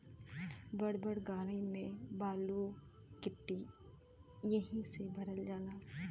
बड़ बड़ गाड़ी में बालू गिट्टी एहि से भरल जाला